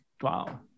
Wow